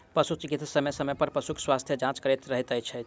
पशु चिकित्सक समय समय पर पशुक स्वास्थ्य जाँच करैत रहैत छथि